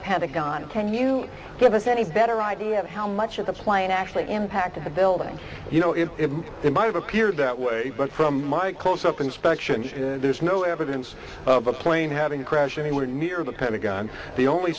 pentagon can you give us any better idea of how much of the plane actually impacted the building you know it if it might appear that way but from my close up inspection there's no evidence of a plane having crash anywhere near the pentagon the only